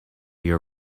your